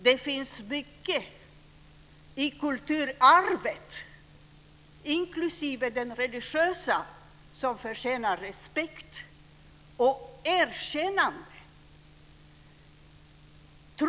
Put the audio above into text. Det finns mycket i kulturarvet, inklusive det religiösa, som förtjänar respekt och erkännande.